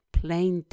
plain